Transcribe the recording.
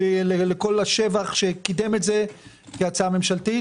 לכל השבח שקידם את זה כהצעה ממשלתית,